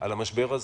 על המשבר הזה,